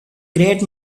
great